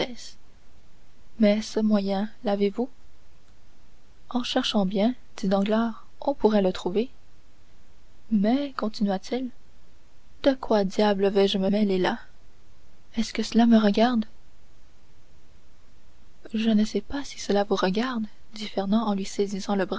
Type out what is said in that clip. mais ce moyen l'avez-vous en cherchant bien dit danglars on pourrait le trouver mais continua-t-il de quoi diable vais-je me mêler là est-ce que cela me regarde je ne sais pas si cela vous regarde dit fernand en lui saisissant le